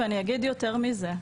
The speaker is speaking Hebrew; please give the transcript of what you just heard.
ואני אגיד יותר מזה.